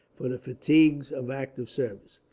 for the fatigues of active service.